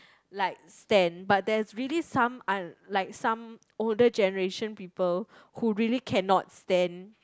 like stand but there's really some un~ like some older generation people who really cannot stand